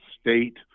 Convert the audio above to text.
state